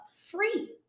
free